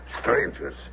strangers